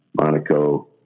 Monaco